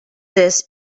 this